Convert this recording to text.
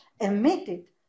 emitted